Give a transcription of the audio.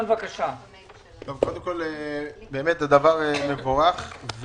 קודם כול, באמת זה דבר מבורך.